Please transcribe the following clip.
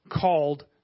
called